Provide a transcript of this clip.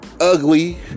ugly